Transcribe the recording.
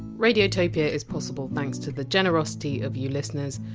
radiotopia is possible thanks to the generosity of you listeners,